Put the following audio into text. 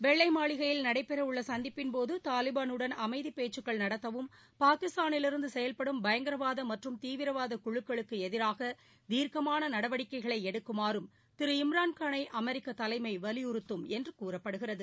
வெள்ளை மாளிகையில் நடைபெறவுள்ள சந்திப்பின்போது தாலிபானுடன் அமைதிப்பேச்சுகள் நடத்தவும் பாகிஸ்தானிலிருந்து செயல்படும் பயங்கரவாத மற்றம் தீவிரவாத குழுக்குள்க்கு எதிராக தீர்க்கமான நடவடிக்கைகளை எடுக்குமாறும் திரு இம்ராள்காளை அமெரிக்க தலைமை வலியுறத்தும் என்று கூறப்படுகிறது